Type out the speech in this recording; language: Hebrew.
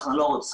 אנחנו לא רוצחים,